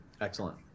Excellent